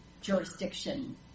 jurisdiction